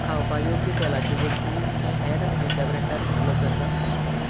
खावपा योग्य तेलाच्यो वस्तूं हें हेर खंयच्या ब्रैन्डात उपलब्द आसा